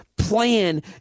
plan